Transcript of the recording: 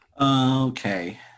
Okay